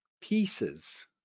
pieces